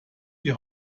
die